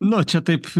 nu čia taip